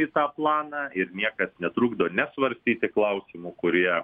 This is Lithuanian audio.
į tą planą ir niekas netrukdo nesvarstyti klausimų kurie